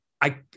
I